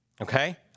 okay